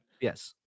yes